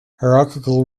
hierarchical